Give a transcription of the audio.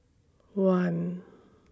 one